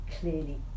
clearly